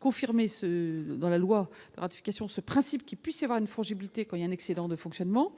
confirmer ce dans la loi ratification ce principe qu'il puisse y avoir une fragilité comme un excédent de fonctionnement